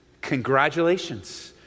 congratulations